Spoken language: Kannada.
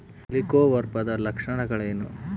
ಹೆಲಿಕೋವರ್ಪದ ಲಕ್ಷಣಗಳೇನು?